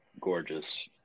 gorgeous